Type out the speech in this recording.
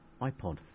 iPod